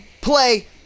play